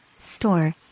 store